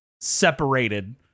separated